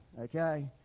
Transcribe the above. okay